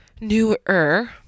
Newer